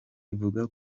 ivuga